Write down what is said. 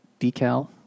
decal